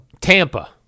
Tampa